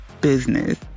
business